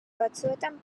batzuetan